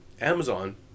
amazon